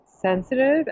sensitive